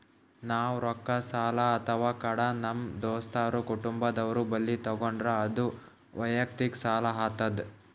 ನಾವ್ ರೊಕ್ಕ ಸಾಲ ಅಥವಾ ಕಡ ನಮ್ ದೋಸ್ತರು ಕುಟುಂಬದವ್ರು ಬಲ್ಲಿ ತಗೊಂಡ್ರ ಅದು ವಯಕ್ತಿಕ್ ಸಾಲ ಆತದ್